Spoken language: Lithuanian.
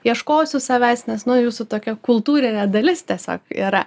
ieškosiu savęs nes nu jūsų tokia kultūrinė dalis tiesiog yra